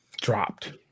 Dropped